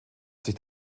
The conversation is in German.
sich